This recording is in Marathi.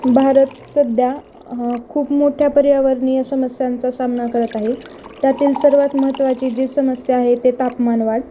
भारत सध्या खूप मोठ्या पर्यावरणीय समस्यांचा सामना करत आहे त्यातील सर्वात महत्त्वाची जी समस्या आहे ते तापमान वाढ